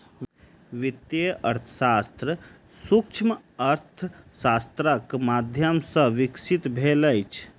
वित्तीय अर्थशास्त्र सूक्ष्म अर्थशास्त्रक माध्यम सॅ विकसित भेल अछि